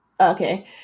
Okay